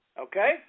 Okay